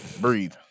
Breathe